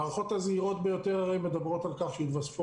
ההערכות הזהירות ביותר מדברות על כך שיתווספו